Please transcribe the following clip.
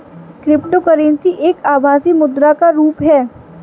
cryptocurrency एक आभासी मुद्रा का रुप है